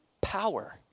power